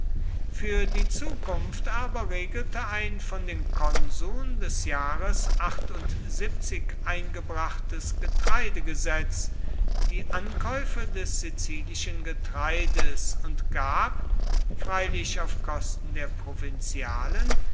für die zukunft aber regelte ein von den konsuln des jahres eingebrachtes getreidegesetz die ankäufe des sizilischen getreides und gab freilich auf kosten der